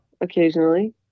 occasionally